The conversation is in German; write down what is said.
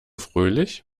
fröhlich